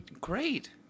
Great